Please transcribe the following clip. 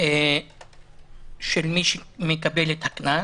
של מי שמקבל את הקנס,